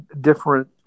different